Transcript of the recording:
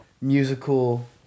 musical